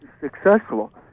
successful